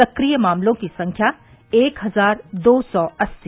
सक्रिय मामलों की संख्या एक हजार दो सौ अस्सी